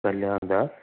कल्यान दास